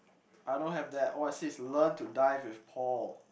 I don't have that what's this learn to dive with Paul